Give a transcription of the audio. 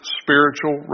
spiritual